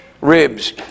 ribs